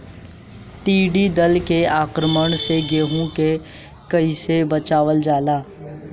टिडी दल के आक्रमण से गेहूँ के कइसे बचावल जाला?